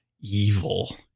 evil